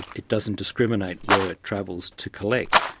it doesn't discriminate where it travels to collect.